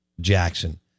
Jackson